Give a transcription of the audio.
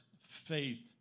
faith